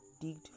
digged